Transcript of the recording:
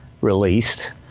released